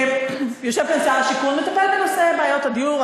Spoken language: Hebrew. יושב כאן שר השיכון המטפל בנושא בעיות הדיור.